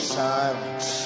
silence